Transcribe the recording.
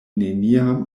neniam